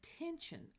attention